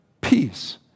peace